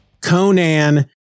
Conan